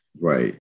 right